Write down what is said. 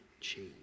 change